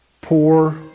poor